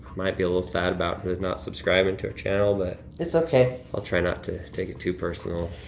might be a little sad about not subscribing to our channel, but it's okay. i'll try not to take it too personal.